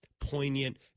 poignant